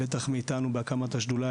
בטח מאיתנו בהקמת השדולה,